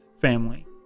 family